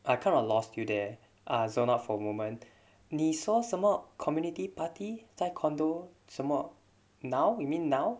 I kind of lost you there I zoned out for a moment 你说什么 community party 在 condo 什么 now you mean now